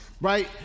right